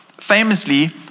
Famously